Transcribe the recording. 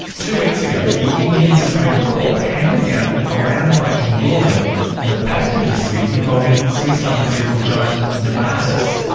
two weeks ago the indian supreme court handed down a groundbreaking ruling in a patent dispute involving swiss pharmaceutical giant novartis.